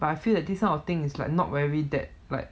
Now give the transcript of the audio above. but I feel like this kind of thing is like not very that like